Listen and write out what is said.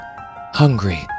hungry